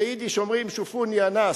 ביידיש אומרים: "שופוני יא נאס".